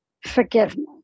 forgiveness